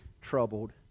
troubled